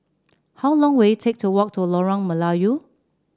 how long will it take to walk to Lorong Melayu